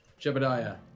Jebediah